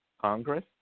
Congress